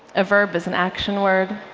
a verb is an action word.